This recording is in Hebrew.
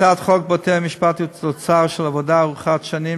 הצעת חוק בתי-המשפט היא תוצר של עבודה ארוכת שנים